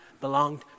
belonged